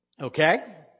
Okay